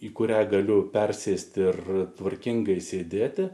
į kurią galiu persėsti ir tvarkingai sėdėti